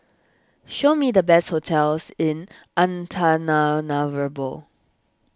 show me the best hotels in Antananarivo